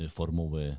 formuły